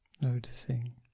noticing